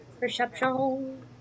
Perception